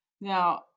Now